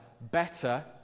better